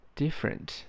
，different